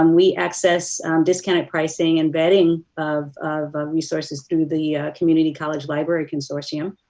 um we access discounted pricing and vetting of of resources through the community college library consortium.